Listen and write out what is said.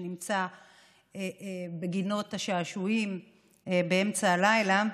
שנמצא בגינות השעשועים באמצע הלילה,